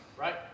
Right